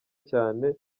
cyane